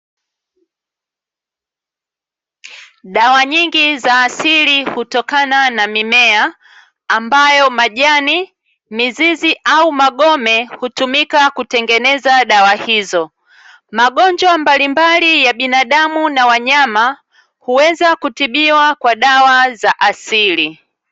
Dawa nyingi za asili hutokana na mimea ambayo majani ,mizizi au magome hutumika kutengeneza dawa hizo. Magonjwa mbalimbali ya binadamu na wanyama huweza kutibiwa kwa dawa za asili.